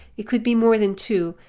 it could be more than two,